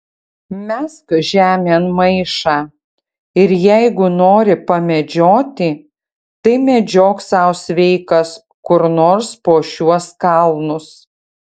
mesk žemėn maišą ir jeigu nori pamedžioti tai medžiok sau sveikas kur nors po šiuos kalnus